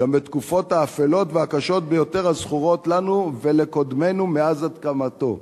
בתקופות האפלות והקשות ביותר הזכורות לנו ולקודמינו מאז הקמתו,